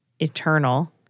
eternal